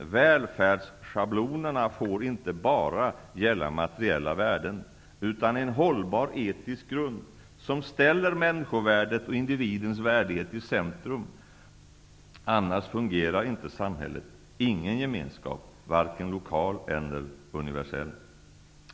Välfärdsschablonerna får inte bara gälla materiella värden. Utan en hållbar etisk grund, som ställer människovärdet och individens värdighet i centrum, fungerar inte samhället, ingen gemenskap, varken lokal eller universell.